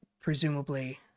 presumably